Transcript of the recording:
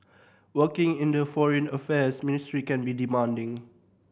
working in the Foreign Affairs Ministry can be demanding